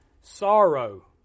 sorrow